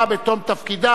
בתום תפקידה,